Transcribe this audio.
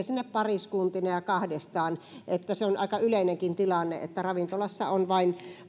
sinne pariskuntina ja kahdestaan se on aika yleinenkin tilanne että ravintolassa on vain